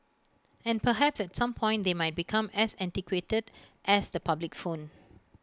and perhaps at some point they might become as antiquated as the public phone